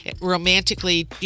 romantically